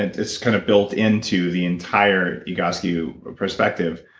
and it's kind of built into the entire egoscue perspective,